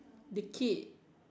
dictate